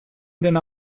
dena